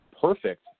perfect